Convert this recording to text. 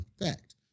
effect